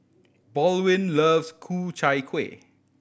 Baldwin love Ku Chai Kueh